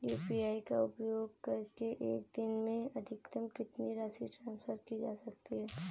UPI का उपयोग करके एक दिन में अधिकतम कितनी राशि ट्रांसफर की जा सकती है?